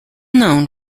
known